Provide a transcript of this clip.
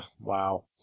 wow